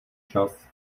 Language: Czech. čas